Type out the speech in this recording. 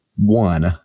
one